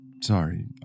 Sorry